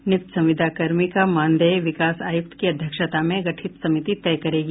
नियुक्त संविदा कर्मी का मानदेय विकास आयुक्त की अध्यक्षता में गठित समिति तय करेगी